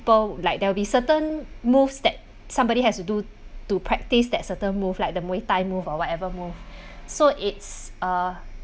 bow like there will be certain moves that somebody has to do to practice that certain move like the muay thai move or whatever move so it's uh